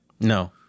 No